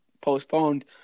postponed